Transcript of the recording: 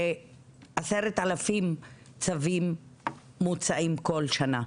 הרי 10,000 מוצאים כל שנה.